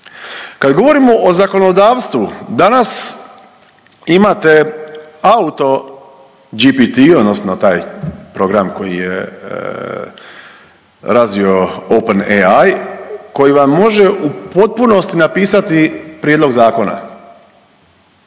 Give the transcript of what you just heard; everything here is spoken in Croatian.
Kad govorimo o zakonodavstvu danas imate auto GPT, odnosno taj program koji je razvio open eai koji vam može u potpunosti napisati prijedlog zakona,